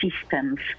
systems